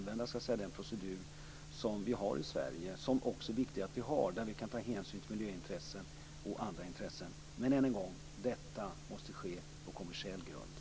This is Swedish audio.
Vi får använda den procedur som vi har i Sverige - det är viktigt att vi har den - där vi kan ta hänsyn till miljöintressen och andra intressen. Men, än en gång, detta måste ske på kommersiell grund.